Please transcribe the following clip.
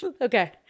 Okay